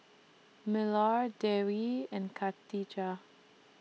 Melur Dewi and Khatijah